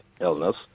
illness